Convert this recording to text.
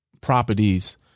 properties